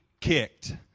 kicked